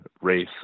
race